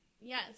yes